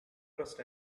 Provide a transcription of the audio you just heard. trust